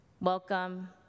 Welcome